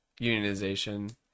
unionization